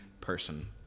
person